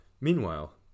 Meanwhile